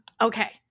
okay